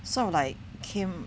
sort of like came